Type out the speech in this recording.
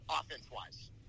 offense-wise